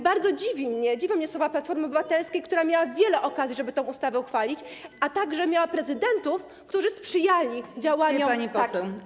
Bardzo dziwi mnie, dziwią mnie słowa Platformy Obywatelskiej, która miała wiele okazji, żeby tę ustawę uchwalić, a także miała prezydentów, którzy sprzyjali takim działaniom.